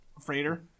freighter